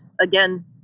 again